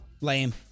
Lame